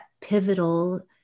pivotal